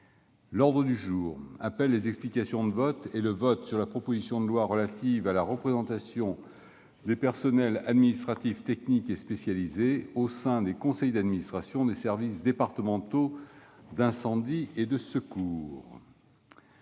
L'ordre du jour appelle les explications de vote et le vote sur la proposition de loi relative à la représentation des personnels administratifs, techniques et spécialisés au sein des conseils d'administration des services départementaux d'incendie et de secours